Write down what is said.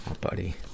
buddy